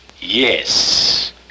Yes